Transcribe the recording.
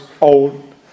old